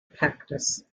practice